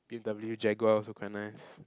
b_m_w jaguar also quite nice